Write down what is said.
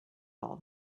all